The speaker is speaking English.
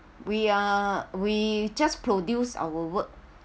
we are we just produce our work